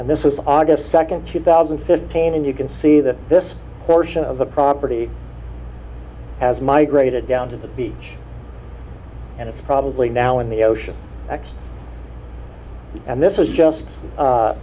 and this is august second two thousand and fifteen and you can see that this portion of the property has migrated down to the beach and it's probably now in the ocean next and this was just